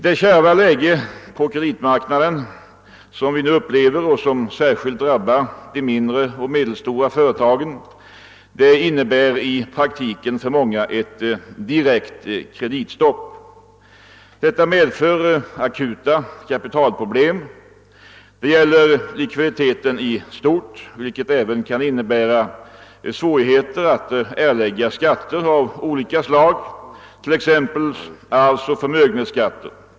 Det kärva läge på kreditmar knaden, som vi nu upplever och som särskilt hårt drabbar de mindre och medelstora företagen, innébär i praktiken för många ett direkt kreditstopp. Detta medför akuta kapitalproblem. Det gäller likviditeten i stort, vilket även kan innebära svårigheter att erlägga skatter av olika slag, t.ex. arvsoch förmögenhetsskatter.